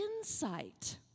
insight